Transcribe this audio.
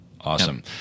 Awesome